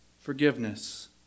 forgiveness